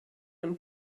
und